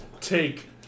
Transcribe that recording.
take